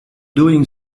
doing